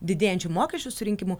didėjančių mokesčių surinkimu